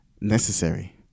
necessary